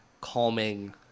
calming